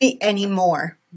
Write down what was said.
anymore